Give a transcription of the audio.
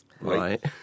Right